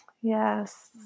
Yes